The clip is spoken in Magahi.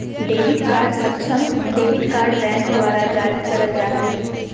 डेबिट कार्ड सक्षम डेबिट कार्ड बैंक द्वारा जारी करल जा हइ